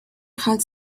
had